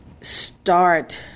start